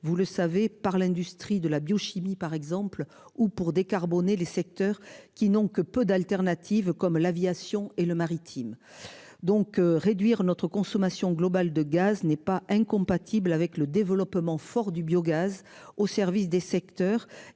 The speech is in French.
vous le savez par l'industrie de la biochimie par exemple ou pour décarboner les secteurs qui n'ont que peu d'alternatives, comme l'aviation et le maritime. Donc réduire notre consommation globale de gaz n'est pas incompatible avec le développement fort du biogaz au service des secteurs